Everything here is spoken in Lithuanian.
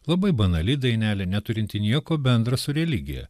labai banali dainelė neturinti nieko bendra su religija